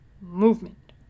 movement